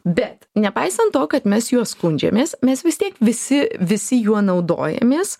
bet nepaisant to kad mes juo skundžiamės mes vis tiek visi visi juo naudojamės